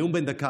הנאום בן דקה,